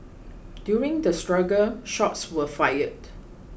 during the struggle shots were fired